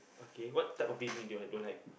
okay what type of reading that I don't like